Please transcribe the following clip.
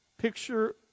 picture